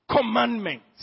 commandments